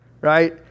Right